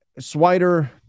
Swider